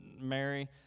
Mary